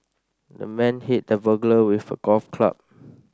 the man hit the burglar with a golf club